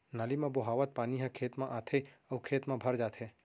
नाली म बोहावत पानी ह खेत म आथे अउ खेत म भर जाथे